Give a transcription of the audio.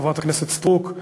חברת הכנסת סטרוק,